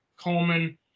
Coleman